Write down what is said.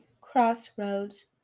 Crossroads